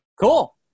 Cool